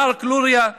מרק לוריא.